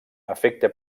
afecta